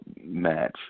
match